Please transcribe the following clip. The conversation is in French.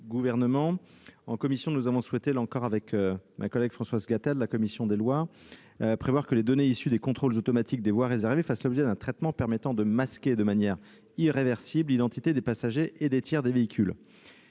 en commission, ainsi qu'avec ma collègue Françoise Gatel, rapporteur pour avis de la commission des lois, prévoir que les données issues des contrôles automatiques des voies réservées fassent l'objet d'un traitement permettant de masquer de manière irréversible l'identité des passagers et des tiers des véhicules.